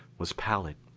was pallid.